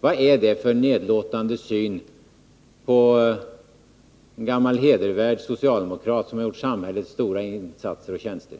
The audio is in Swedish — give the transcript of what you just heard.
Vad är det för nedlåtande syn på en gammal hedervärd socialdemokrat, som gjort samhället stora tjänster?